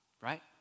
right